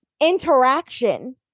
interaction